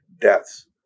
deaths